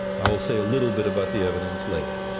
i'll say a little bit about the evidence later.